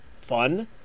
fun